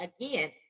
again